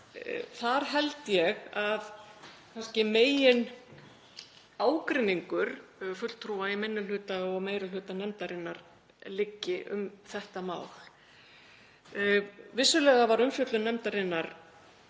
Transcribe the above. Þar held ég að kannski meginágreiningur fulltrúa í minni hluta og meiri hluta nefndarinnar liggi um þetta mál. Vissulega var umfjöllun nefndarinnar